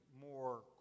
more